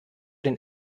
den